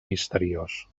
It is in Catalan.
misteriós